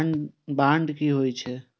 Bond की होई छै?